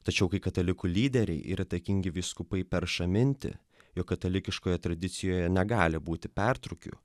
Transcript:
tačiau kai katalikų lyderiai yra taikingi vyskupai perša mintį jog katalikiškoje tradicijoje negali būti pertrūkių